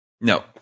no